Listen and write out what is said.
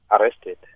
arrested